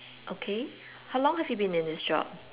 okay how long have you been in this job